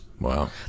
Wow